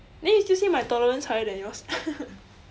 then you still say my tolerance higher than yours